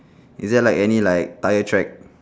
is it like any like tyre track